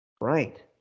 Right